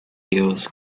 hills